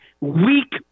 weak